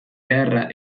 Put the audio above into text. beharra